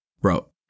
bro